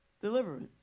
deliverance